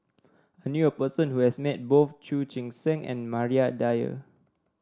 I knew a person who has met both Chu Chee Seng and Maria Dyer